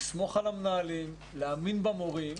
לסמוך על המנהלים, להאמין במורים,